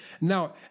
Now